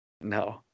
No